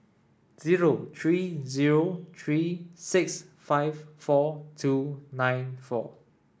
zero three zero three six five four two nine four